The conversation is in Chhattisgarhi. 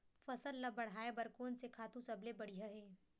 फसल ला बढ़ाए बर कोन से खातु सबले बढ़िया हे?